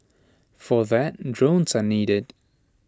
for that drones are needed